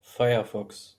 firefox